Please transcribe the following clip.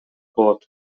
болот